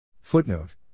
Footnote